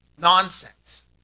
nonsense